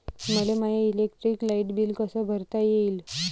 मले माय electric light bill कस भरता येईल?